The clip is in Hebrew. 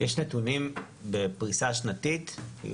יש נתונים בפריסה שנתית?